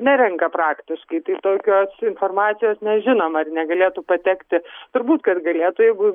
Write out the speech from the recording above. nerenka praktiškai tai tokios informacijos nežinome ar negalėtų patekti turbūt kad galėtų jeigu